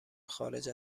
خارج